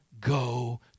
go